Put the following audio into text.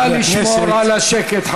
נא לשמור על השקט.